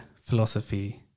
philosophy